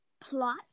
Plot